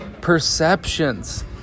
perceptions